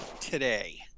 today